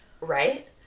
Right